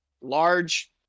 Large